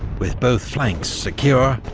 with both flanks secure,